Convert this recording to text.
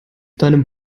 deinem